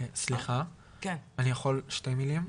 סליחה, אני יכול שתי מילים.